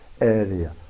area